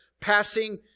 passing